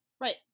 Right